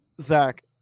zach